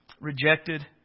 rejected